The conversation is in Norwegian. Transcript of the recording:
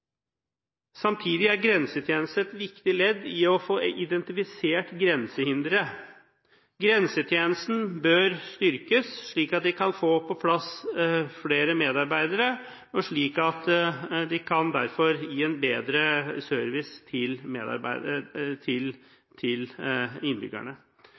Samtidig er Grensetjenesten et viktig ledd i å få identifisert grensehindre. Grensetjenesten bør styrkes ved å få på plass flere medarbeidere, slik at den kan gi bedre service til